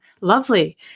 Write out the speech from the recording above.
lovely